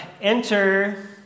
Enter